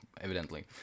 evidently